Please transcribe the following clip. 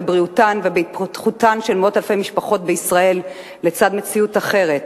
בבריאותן ובהתפתחותן של מאות אלפי משפחות בישראל לצד מציאות אחרת,